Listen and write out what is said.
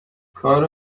کار